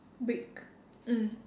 brick mm